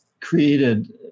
created